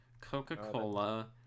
coca-cola